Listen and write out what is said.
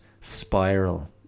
spiral